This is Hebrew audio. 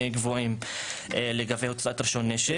שקבועים לגבי הוצאת רישיון לנשק.